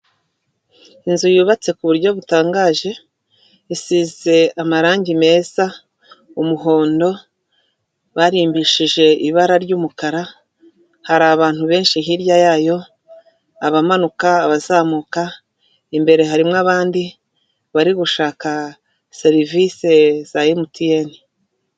Inzu yubatse ku buryo butangaje, isize amarangi meza, umuhondo barimbishije ibara ry'umukara, hari abantu benshi hirya yayo, abamanuka, abazamuka, imbere harimo abandi bari gushaka serivisi za MTN.